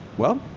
well,